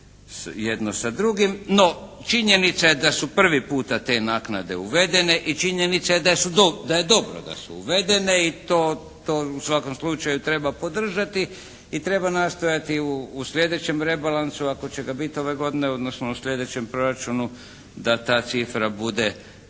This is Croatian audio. jedno sa drugim. No činjenica je da su prvi puta te naknade uvedene i činjenica je da je dobro da su uvedene i to u svakom slučaju treba podržati i treba nastojati u sljedećem rebalansu ako će ga biti ove godine, odnosno u sljedećem proračunu da ta cifra bude